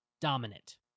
dominant